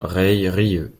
reyrieux